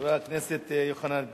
חבר הכנסת יוחנן פלסנר,